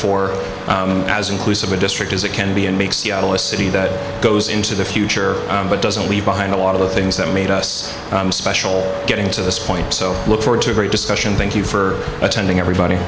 for as inclusive a district as it can be and make seattle a city that goes into the future but doesn't leave behind a lot of the things that made us getting to this point so look forward to a great discussion thank you for attending everybody